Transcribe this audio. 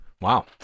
Wow